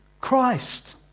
Christ